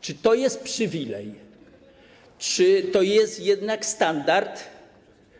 Czy to jest przywilej, czy to jest jednak standard